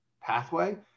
pathway